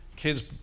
Kids